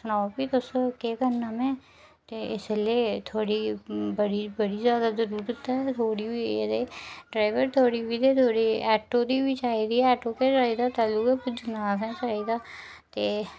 सनाओ बी तुस केह् करना में ते इसलै थोह्ड़ी बड़ी बड़ी जैदा जरूरत ऐ ते थोह्ड़ी होई ऐ ते ड्राइवर थोह्ड़ी बी ते आटो दी बी चाहिदा तैलूं गै पुजना असें चाहिदा ते में